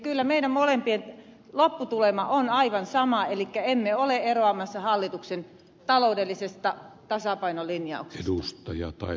kyllä meidän molempien lopputulema on aivan sama elikkä emme ole eroamassa hallituksen taloudellisesta tasapainolinjauksesta